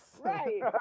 Right